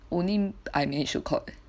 only I managed to caught